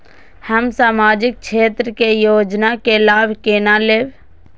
हम सामाजिक क्षेत्र के योजना के लाभ केना लेब?